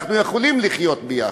אנחנו יכולים לחיות ביחד.